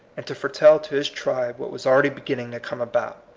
and to foretell to his tribe what was already beginning to come about.